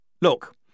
Look